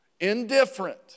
indifferent